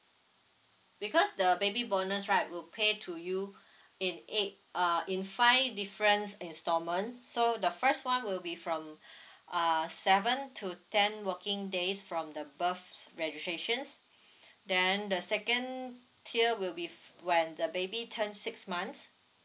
because the baby bonus right will pay to you in eight uh in five different instalment so the first one will be from err seven to ten working days from the birth cert~ registrations then the second tier will be when the baby turn six months